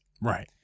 Right